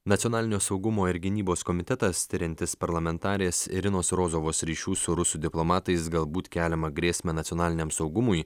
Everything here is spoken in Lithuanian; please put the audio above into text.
nacionalinio saugumo ir gynybos komitetas tiriantis parlamentarės irinos rozovos ryšių su rusų diplomatais galbūt keliamą grėsmę nacionaliniam saugumui